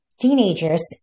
teenagers